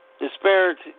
disparity